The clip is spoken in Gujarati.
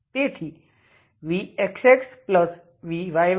તેથી vxxvyy0